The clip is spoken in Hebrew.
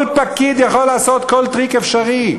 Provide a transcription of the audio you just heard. כל פקיד יכול לעשות כל טריק אפשרי,